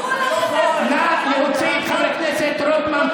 נא להוציא את חבר הכנסת רוטמן,